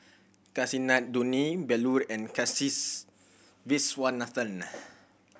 Kasinadhuni Bellur and Kasiviswanathan